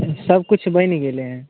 सबकिछु बनि गेलै हँ